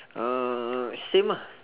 err same ah